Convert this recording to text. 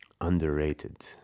Underrated